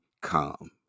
come